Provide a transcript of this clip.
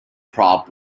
prop